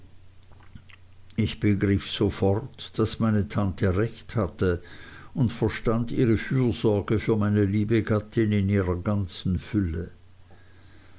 ich begriff sofort daß meine tante recht hatte und verstand ihre fürsorge für meine liebe gattin in ihrer ganzen fülle